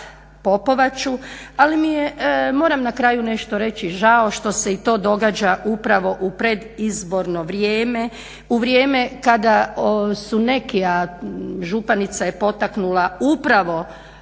Popovaču. Ali moram na kraju nešto reći žao što se i to događa upravo u predizborno vrijeme, u vrijeme kada su neki a županica je potaknula upravo